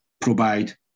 provide